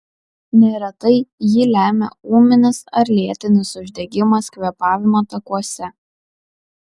neretai jį lemia ūminis ar lėtinis uždegimas kvėpavimo takuose